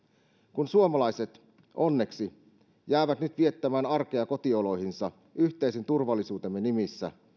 kun suomalaiset onneksi jäävät nyt viettämään arkea kotioloihinsa yhteisen turvallisuutemme nimissä